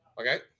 Okay